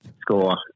score